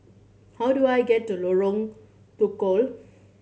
how do I get to Lorong Tukol